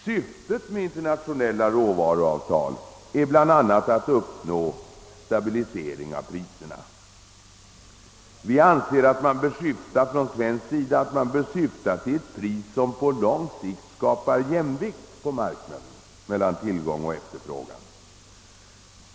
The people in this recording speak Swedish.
Syftet med internationella råvaruavtal är bl.a. att uppnå en stabilisering av priserna. Vi anser oss på svensk sida böra syfta till ett pris som på lång sikt skapar jämvikt på marknaden mellan tillgång och efterfrågan.